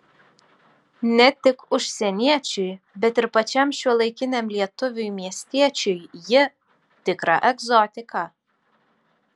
ne tik užsieniečiui bet ir pačiam šiuolaikiniam lietuviui miestiečiui ji tikra egzotika